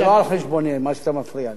זה לא על חשבוני, מה שאתה מפריע לי.